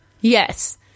Yes